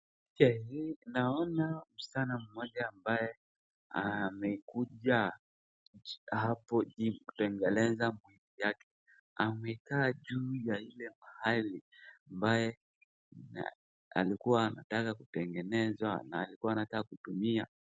Picha hii naona msichana ambaye amekuja hapo kutengeneza mguu yake amekaa juu ya ile mahali ambaye alikua antaka kutengenezwa na alikua antaka kutumia.